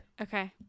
okay